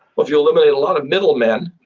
well, if you eliminate a lot of middlemen.